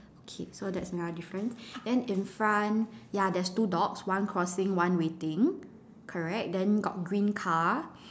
okay so that's another difference then in front ya there's two dogs one crossing one waiting correct then got green car